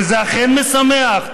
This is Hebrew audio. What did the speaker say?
וזה אכן משמח,